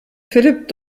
philip